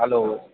hello